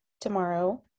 tomorrow